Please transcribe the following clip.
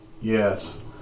yes